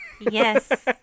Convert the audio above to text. Yes